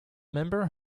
member